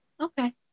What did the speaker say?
okay